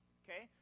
okay